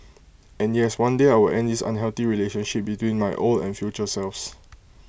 and yes one day I will end this unhealthy relationship between my old and future selves